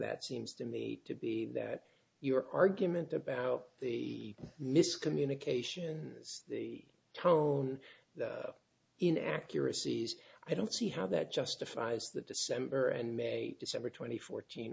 that seems to me to be that your argument about the miscommunication is the tone in accuracies i don't see how that justifies the december and may december twenty four